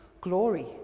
glory